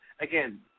Again